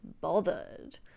bothered